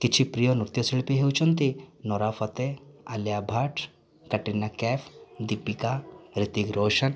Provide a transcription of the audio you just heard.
କିଛି ପ୍ରିୟ ନୃତ୍ୟଶିଳ୍ପି ହେଉଛନ୍ତି ନୋରା ଫତେହ ଆଲିଆ ଭଟ୍ଟ କ୍ୟାଟ୍ରିନା କେଫ୍ ଦୀପିକା ହ୍ରିତିକ୍ ରୋଶନ